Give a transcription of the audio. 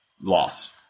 Loss